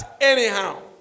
anyhow